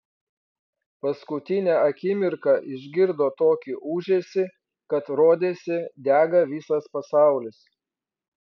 paskutinę akimirką išgirdo tokį ūžesį kad rodėsi dega visas pasaulis